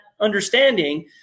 understanding